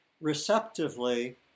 receptively